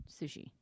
Sushi